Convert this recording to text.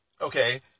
Okay